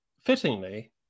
fittingly